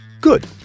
good